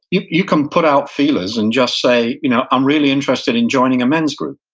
you you can put out feelers and just say, you know i'm really interested in joining a men's group.